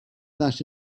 that